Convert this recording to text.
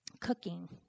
cooking